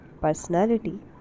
Personality